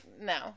no